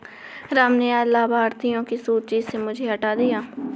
राम ने आज लाभार्थियों की सूची से मुझे हटा दिया है